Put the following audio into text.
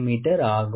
me ஆகும்